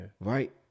Right